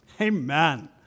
Amen